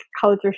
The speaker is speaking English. culture